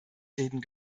reden